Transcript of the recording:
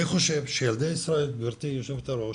אני חושב שילדי ישראל, גברתי היושבת-ראש,